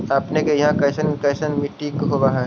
अपने के यहाँ कैसन कैसन मिट्टी होब है?